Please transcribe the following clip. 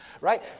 Right